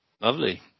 lovely